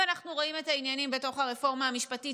ואנחנו רואים את העניינים בתוך הרפורמה המשפטית,